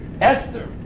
Esther